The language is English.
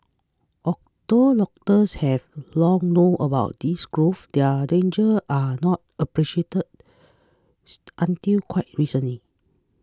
although doctors have long known about these growths their danger was not appreciated until quite recently